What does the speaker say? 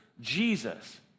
Jesus